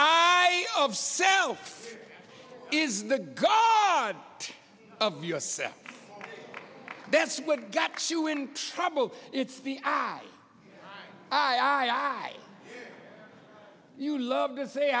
of self is the god of yourself that's what gets you in trouble it's the i i i you love to say